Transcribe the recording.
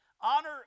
honor